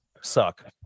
Suck